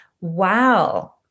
wow